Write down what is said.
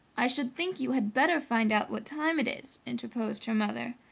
i should think you had better find out what time it is, interposed her mother.